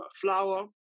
flour